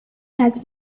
has